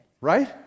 right